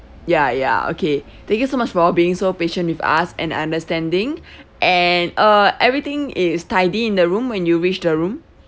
ya ya okay thank you so much for being so patient with us and understanding and uh everything is tidy in the room when you reach the room